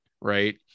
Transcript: right